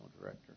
Director